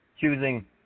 choosing